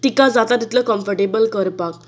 तिका जाता तितलो कंर्फटेबल करपाक